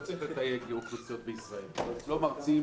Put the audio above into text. לא צריך לתייג אוכלוסיות בישראל לא מרצים,